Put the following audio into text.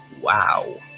Wow